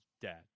dad